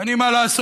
אין לי מה לעשות,